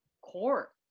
core